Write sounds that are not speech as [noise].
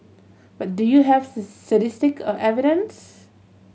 but do you have [unintelligible] statistic or evidence